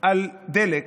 על דלק